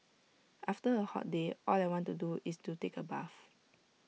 after A hot day all I want to do is to take A bath